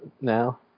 now